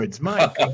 Mike